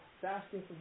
fasting